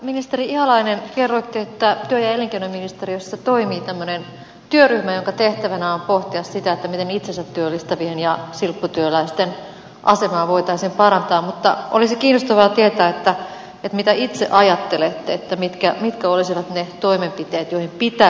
ministeri ihalainen kerroitte että työ ja elinkeinoministeriössä toimii tämmöinen työryhmä jonka tehtävänä on pohtia sitä miten itsensä työllistävien ja silpputyöläisten asemaa voitaisiin parantaa mutta olisi kiinnostavaa tietää mitä itse ajattelette mitkä olisivat ne toimenpiteet joihin pitäisi pyrkiä